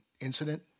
incident